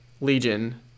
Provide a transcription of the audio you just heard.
Legion